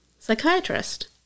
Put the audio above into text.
psychiatrist